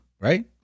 right